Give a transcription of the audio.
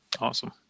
Awesome